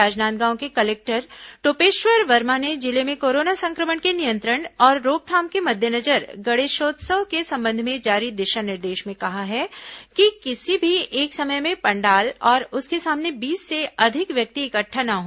राजनांदगांव के कलेक्टर टोपेश्वर वर्मा ने जिले में कोरोना संक्रमण के नियंत्रण और रोकथाम के मद्देनजर गणेशोत्सव के संबंध में जारी दिशा निर्देश में कहा है कि किसी भी एक समय में पंडाल और उसके सामने बीस से अधिक व्यक्ति इकट्ठा न हो